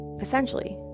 Essentially